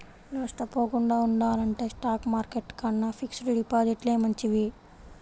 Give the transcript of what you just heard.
నష్టపోకుండా ఉండాలంటే stock market కన్నా ఫిక్స్డ్ డిపాజిట్లే మంచివి